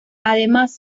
además